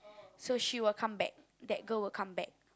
so she will come back that girl will come back